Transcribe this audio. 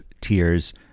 tiers